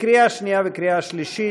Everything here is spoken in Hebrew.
לקריאה שנייה וקריאה שלישית.